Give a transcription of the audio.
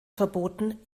verboten